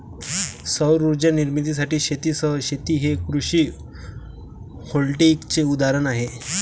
सौर उर्जा निर्मितीसाठी शेतीसह शेती हे कृषी व्होल्टेईकचे उदाहरण आहे